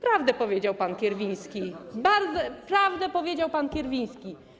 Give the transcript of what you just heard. Prawdę powiedział pan Kierwiński, prawdę powiedział pan Kierwiński.